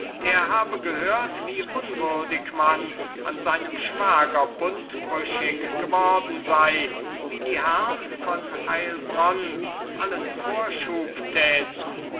er habe gehört wie unwürdig man an seinem schwager bundbrüchig geworden sei wie die herrn von heilbronn allen vorschub täten